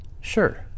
Sure